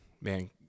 man